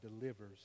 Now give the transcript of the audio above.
delivers